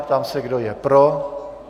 Ptám se, kdo je pro.